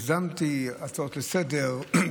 יזמתי הצעות לסדר-היום,